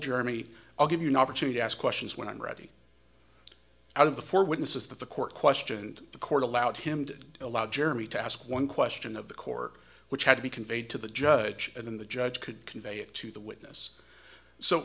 germy i'll give you an opportunity to ask questions when i'm ready out of the four witnesses that the court questioned the court allowed him to allow jeremy to ask one question of the court which had to be conveyed to the judge and in the judge could convey it to the witness so